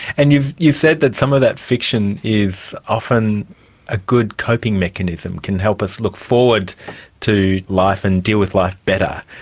and you've you've said that some of that fiction is often a good coping mechanism, can help us look forward to life and deal with life better.